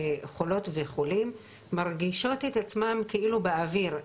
חולות וחולים מרגישות את עצמן כאילו באוויר,